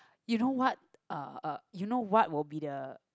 you know what uh uh you know what will be the